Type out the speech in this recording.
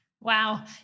Wow